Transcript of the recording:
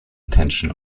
intention